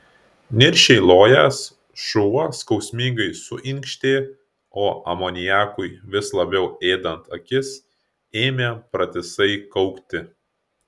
niršiai lojęs šuo skausmingai suinkštė o amoniakui vis labiau ėdant akis ėmė pratisai kaukti